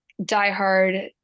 diehard